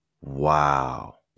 Wow